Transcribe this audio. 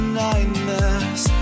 nightmares